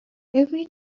every